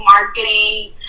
marketing